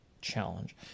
challenge